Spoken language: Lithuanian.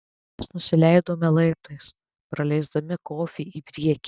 mes nusileidome laiptais praleisdami kofį į priekį